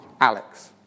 Alex